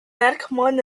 merkmalen